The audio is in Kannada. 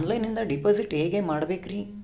ಆನ್ಲೈನಿಂದ ಡಿಪಾಸಿಟ್ ಹೇಗೆ ಮಾಡಬೇಕ್ರಿ?